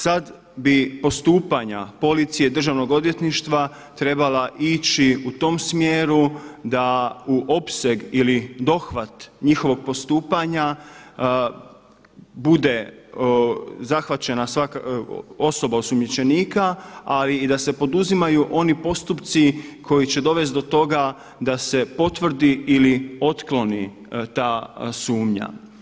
Sad bi postupanja policije, državnog odvjetništva trebala ići u tom smjeru da u opseg ili dohvat njihovog postupanja bude zahvaćena osoba osumnjičenika, ali i da se poduzimaju oni postupci koji će dovest do toga da se potvrdi ili otkloni ta sumnja.